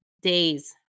days